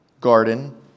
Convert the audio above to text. garden